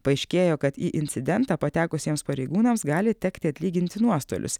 paaiškėjo kad į incidentą patekusiems pareigūnams gali tekti atlyginti nuostolius